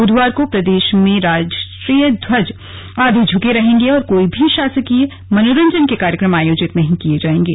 बुधवार को प्रदेश में राष्ट्रीय ध्वज आधे झुके रहेंगे और कोई भी शासकीय मनोरंजन के कार्यक्रम आयोजित नहीं किए जायेंगे